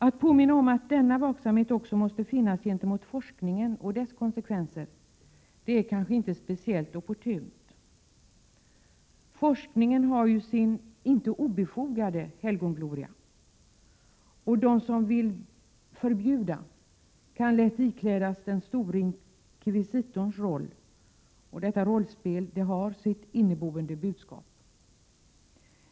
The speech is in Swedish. Att påminna om att denna vaksamhet också måste finnas gentemot forskningen och dess konsekvenser är kanske inte speciellt opportunt. Forskningen har ju sin inte obefogade helgongloria. De som vill förbjuda kan lätt iklädas den store inkvisitorns roll. Detta rollspel har sitt inneboende budskap.